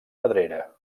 pedrera